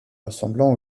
ressemblant